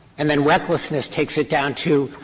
and then recklessness takes it down to,